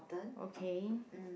okay